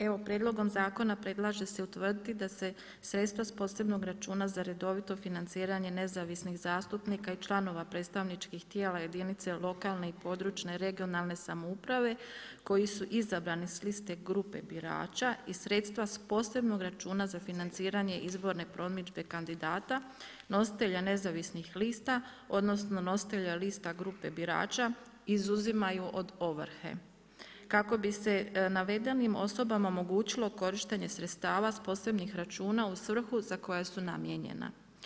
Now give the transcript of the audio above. Evo prijedlogom zakona predlaže se utvrditi da se sredstva s posebnog računa za redovito financiranje nezavisnih zastupnika i članova predstavničkih tijela jedinice lokalne (regionalne) i područne samouprave koji su izabrani s liste grupe birača i sredstva s posebnog računa za financiranje izborne promidžbe kandidata nositelja nezavisnih lista odnosno nositelja lista grupe birača izuzimaju od ovrhe, kako bi se navedenim osobama omogućilo korištenje sredstava s posebnih računa u svrhu za koja su namijenjena.